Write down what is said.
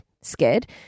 scared